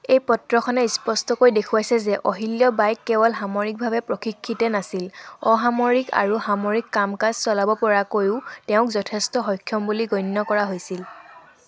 এই পত্ৰখনে স্পষ্টকৈ দেখুৱাইছে যে অহিল্য বাইক কেৱল সামৰিকভাৱে প্ৰশিক্ষিতেই নাছিল অসামৰিক আৰু সামৰিক কাম কাজ চলাব পৰাকৈও তেওঁক যথেষ্ট সক্ষম বুলি গণ্য কৰা হৈছিল